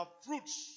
fruits